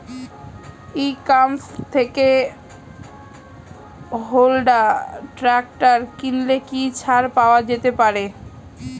ই commerce থেকে Honda tractor কিনলে কি ছাড় পাওয়া যেতে পারে?